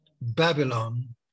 Babylon